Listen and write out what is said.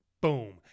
boom